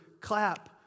clap